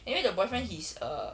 and then the boyfriend he's err